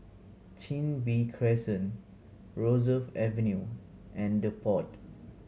Chin Bee Crescent Rosyth Avenue and The Pod